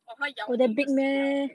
or 它咬你就死 liao